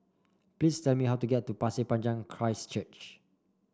please tell me how to get to Pasir Panjang Christ Church